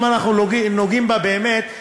אם אנחנו נוגעים בה באמת,